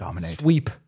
sweep